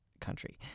country